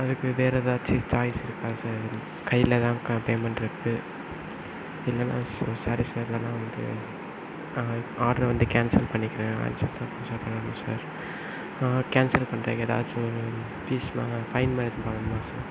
அதுக்கு வேற எதாச்சு சாய்ஸ் இருக்கா சார் கையிலதான் பேமெண்ட் இருக்கு இல்லைனா சாரி சார் இல்லைனா வந்து ஆட்ரு வந்து கேன்சல் பண்ணிக்கிறேன் சார் கேன்சல் பண்றதுக்கு ஏதாச்சும் ஃபீஸ் ஃபைன் மாதிரி வாங்குவீங்களா சார்